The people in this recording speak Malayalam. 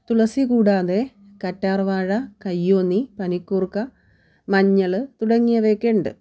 തുളസി കൂടാതെ കറ്റാർവാഴ കയ്യോന്നി പനിക്കൂർക്ക മഞ്ഞൾ തുടങ്ങിയവയൊക്കെയുണ്ട്